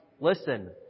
Listen